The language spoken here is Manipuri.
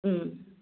ꯎꯝ